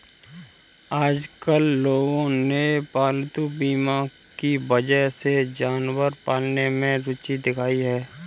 आजकल लोगों ने पालतू बीमा की वजह से जानवर पालने में रूचि दिखाई है